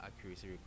accuracy